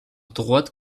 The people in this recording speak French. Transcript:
droite